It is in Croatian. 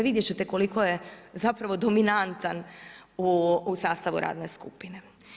Vidjeti ćete koliko je zapravo dominantan u sastavu radne skupine.